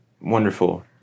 wonderful